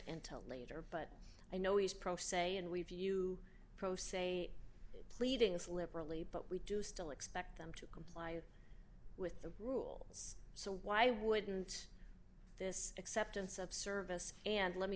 tell later but i know he's pro se and we view pro se pleadings liberally but we do still expect them to comply with the rules so why wouldn't this acceptance of service and let me